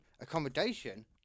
accommodation